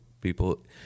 people